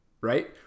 right